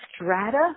strata